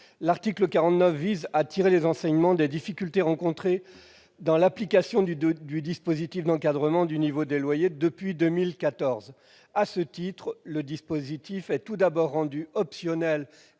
L'article 49 tend à tirer les enseignements des difficultés rencontrées dans l'application du dispositif d'encadrement du niveau des loyers depuis 2014. À ce titre, le dispositif est tout d'abord rendu optionnel